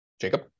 Jacob